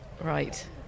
Right